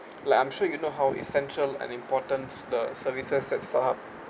like I'm sure you know how essential and important the services that stop